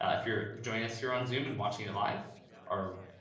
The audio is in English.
ah if you're joining us here on zoom and watching it live or,